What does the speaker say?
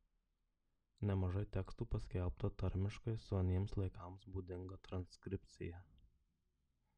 nemažai tekstų paskelbta tarmiškai su aniems laikams būdinga transkripcija